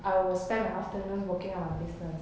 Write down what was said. I will spend my afternoon working on business